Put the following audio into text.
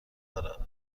دارد